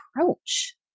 approach